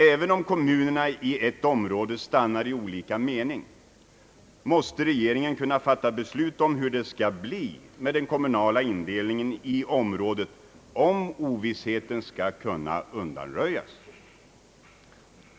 Även om kommunerna i ett område stannar i olika mening, måste regeringen kunna fatta beslut om hur det skall bli med den kommunala indelningen i området för att ovissheten skall kunna undanröjas.